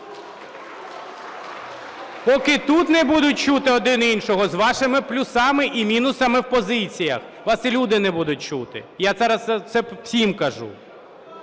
Поки тут не будуть чути один іншого з вашими плюсами і мінусами в позиціях, вас і люди не будуть чути. Я це зараз всім кажу.